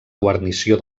guarnició